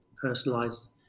personalized